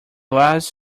wise